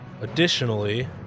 Additionally